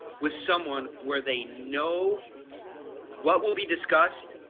with someone where they know what will be discussed,